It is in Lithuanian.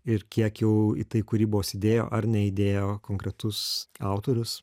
ir kiek jau į tai kūrybos įdėjo ar neįdėjo konkretus autorius